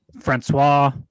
Francois